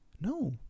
no